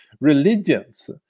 religions